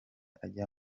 ajya